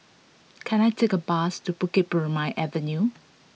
can I take a bus to Bukit Purmei Avenue